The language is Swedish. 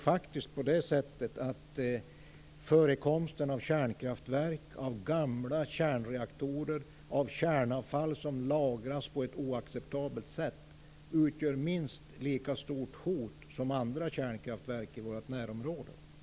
Förekomsten av kärnkraftverk, gamla kärnreaktorer och kärnavfall som lagras på ett oacceptabelt sätt utgör ett minst lika stort hot som kärnkraftverk i vårt närområde.